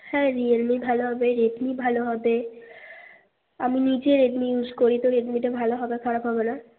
হ্যাঁ রিয়েলমি ভালো হবে রেডমি ভালো হবে আমি নিজে রেডমি ইউজ করি তো রেডমিটা ভালো হবে খারাপ হবে না